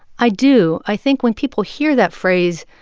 i do. i think when people hear that phrase,